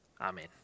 Amen